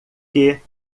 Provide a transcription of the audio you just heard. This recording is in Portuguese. que